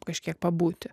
kažkiek pabūti